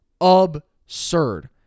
absurd